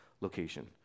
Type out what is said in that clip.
location